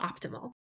optimal